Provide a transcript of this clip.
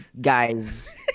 guys